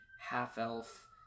half-elf